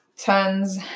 Tons